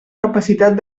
capacitat